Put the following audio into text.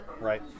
right